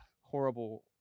horrible